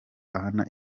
ahana